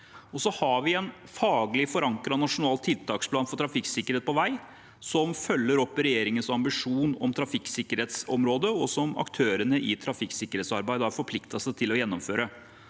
Vi har også en faglig forankret nasjonal tiltaksplan for trafikksikkerhet på vei som følger opp regjeringens ambisjon på trafikksikkerhetsområdet, og som aktørene i trafikksikkerhetsarbeidet har forpliktet seg til å gjennomføre.